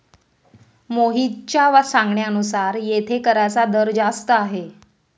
मोहितच्या सांगण्यानुसार येथे कराचा दर जास्त आहे